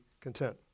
content